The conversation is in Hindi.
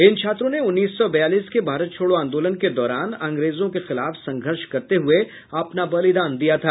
इन छात्रों ने उन्नीस सौ बयालीस के भारत छोड़ो आंदोलन के दौरान अंग्रेजों के खिलाफ संघर्ष करते हुये अपना बलिदान दिया था